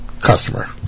customer